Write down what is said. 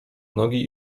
nogi